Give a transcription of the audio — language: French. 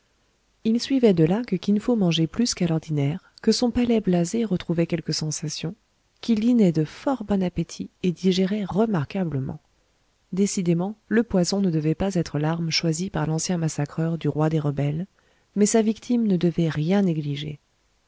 il suivait de là que kinfo mangeait plus qu'à l'ordinaire que son palais blasé retrouvait quelques sensations qu'il dînait de fort bon appétit et digérait remarquablement décidément le poison ne devait pas être l'arme choisie par l'ancien massacreur du roi des rebelles mais sa victime ne devait rien négliger